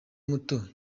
muto